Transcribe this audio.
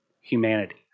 humanity